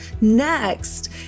Next